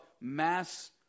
mass